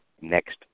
next